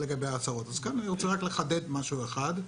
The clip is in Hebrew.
אז כאן אני רוצה לחדד משהו אחד: